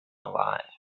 alive